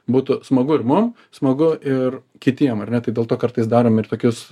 būtų smagu ir mum smagu ir kitiem ar ne tai dėl to kartais darom ir tokius